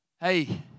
hey